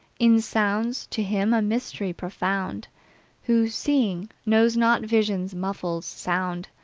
in sounds to him a mystery profound who, seeing, knows not vision muffles sound.